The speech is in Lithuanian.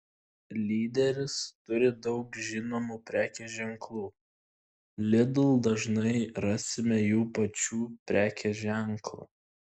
lyderis turi daug žinomų prekės ženklų lidl dažnai rasime jų pačių prekės ženklą